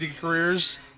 careers